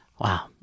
Wow